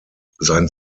sein